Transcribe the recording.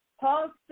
Paul